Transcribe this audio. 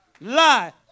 lie